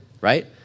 right